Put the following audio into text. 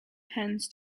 pens